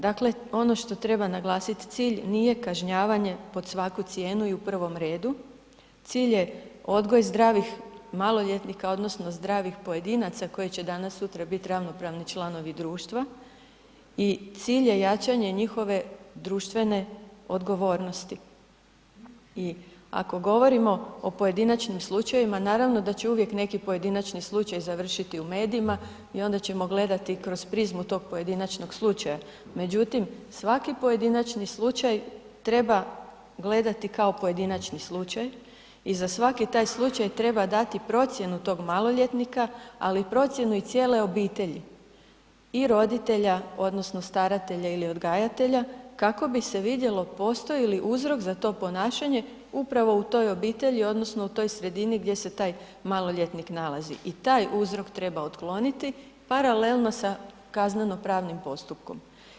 Dakle ono što treba naglasit, cilj nije kažnjavanje pod svaku cijenu i u prvom redu, cilj je odgoj zdravih maloljetnika odnosno zdravih pojedinaca koji će danas-sutra biti ravnopravni članovi društva i cilj je jačanje njihove društvene odgovornosti i ako govorimo o pojedinačnim slučajevima, naravno da će uvijek neki pojedinačni slučaj završiti u medijima i onda ćemo gledati kroz prizmu tog pojedinačnog slučaja međutim svaki pojedinačni slučaj treba gledati kao pojedinačni slučaj i za svaki taj slučaj treba dati procjenu tog maloljetnika ali i procjenu i cijele obitelji, i roditelja odnosno staratelja ili odgajatelja kako bi se vidjelo postoji li uzrok za to ponašanje upravo u toj obitelji odnosno u toj sredini gdje se taj maloljetnik nalazi i taj uzrok treba otkloniti paralelno sa kazneno-pravnim postupkom.